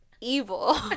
evil